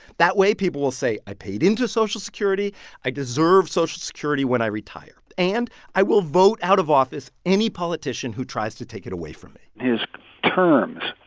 that way, people will say, i paid into social security i deserve social security when i retire. and i will vote out of office any politician who tries to take it away from me his terms,